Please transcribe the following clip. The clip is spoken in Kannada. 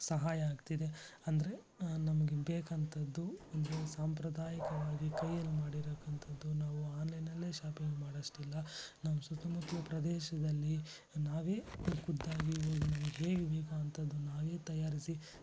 ಸಹಾಯ ಆಗ್ತಿದೆ ಅಂದರೆ ನಮಗೆ ಬೇಕಂಥದ್ದು ಅಂದರೆ ಸಾಂಪ್ರದಾಯಿಕವಾಗಿ ಕೈಯ್ಯಲ್ಲಿ ಮಾಡಿರ್ತಕ್ಕಂಥದ್ದು ನಾವು ಆನ್ಲೈನ್ನಲ್ಲೇ ಶಾಪಿಂಗ್ ಮಾಡೋಷ್ಟಿಲ್ಲ ನಮ್ಮ ಸುತ್ತ ಮುತ್ತಲು ಪ್ರದೇಶದಲ್ಲಿ ನಾವೇ ಖುದ್ದಾಗಿ ಹೋಗಿ ನಮಗೆ ಹೇಗೆ ಬೇಕೋ ಅಂಥದ್ದು ನಾವೇ ತಯಾರಿಸಿ